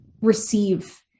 receive